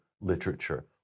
literature